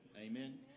amen